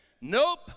Nope